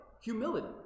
humility